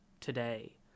today